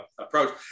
approach